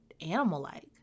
animal-like